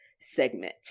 segment